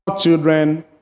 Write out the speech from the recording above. children